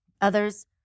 Others